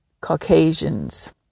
Caucasians